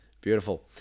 Beautiful